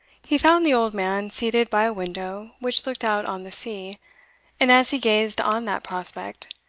he found the old man seated by a window which looked out on the sea and as he gazed on that prospect,